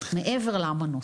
מעבר לאמנות.